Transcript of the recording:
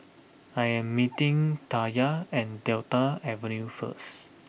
I am meeting Taya at Delta Avenue first